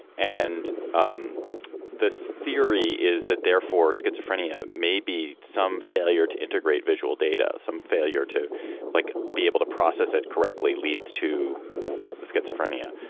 and um the theory is that therefore, schizophrenia may be some failure to integrate visual data. some failure to like be able to process it correctly leads to schizophrenia.